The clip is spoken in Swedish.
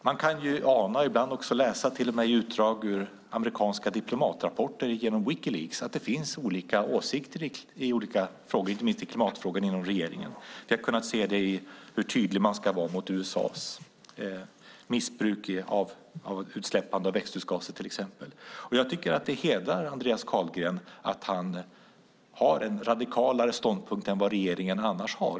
Man kan ibland ana eller till och med läsa i utdrag ur amerikanska diplomatrapporter genom Wikileaks att det finns olika åsikter i olika frågor, inte minst klimatfrågan, inom regeringen. Vi har kunnat se det i hur tydlig man ska vara mot USA:s missbruk i utsläppen av växthusgaser. Det hedrar Andreas Carlgren att han har en radikalare ståndpunkt än regeringen annars har.